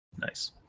Nice